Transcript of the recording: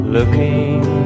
Looking